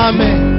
Amen